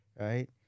right